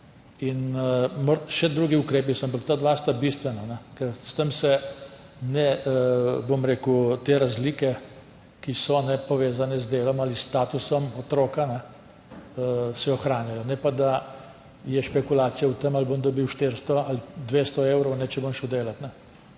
Še drugi ukrepi so, ampak ta dva sta bistvena, ker s tem se, bom rekel, te razlike, ki so povezane z delom ali s statusom otroka, ohranjajo. Ne pa, da je špekulacija o tem, ali bom dobil 400 ali 200 evrov, če bom šel delat.